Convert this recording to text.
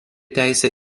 teisę